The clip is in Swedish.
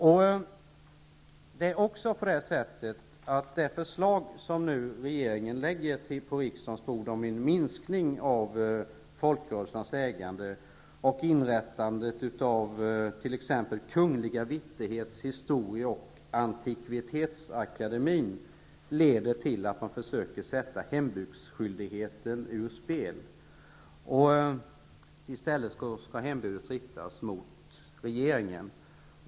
Peka på järntrianglarna som ser sitt livs chans! Det förslag som regeringen lägger på riksdagens bord om en minskning av folkrörelsernas ägande och inrättande av t.ex. Kungl. vitterhets-, historieoch antikvitetsakademien leder till att man försöker sätta hembudsskyldigheten ur spel. Hembudet skall i stället riktas mot regeringen.